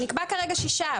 נקבע כרגע שישה,